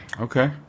okay